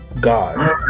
God